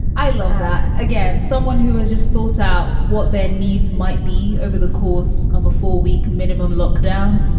i love that. again, someone who has just thought out what their needs might be. over the course of a four week minimum lockdown.